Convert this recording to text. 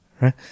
right